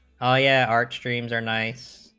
ah yeah art streams are ninths